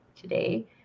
today